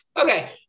Okay